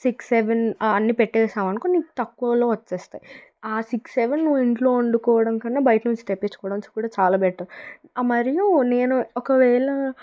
six seven అన్ని పెట్టేసావ్ అనుకో మీకు తక్కువలో వచ్చేస్తాయి ఆ సిక్స్ సెవెన్ ఇంట్లో వండుకోవడం కన్నా బయట నుంచి తెప్పించుకోవడం చాలా బెటర్ మరియు నేను ఒకవేళ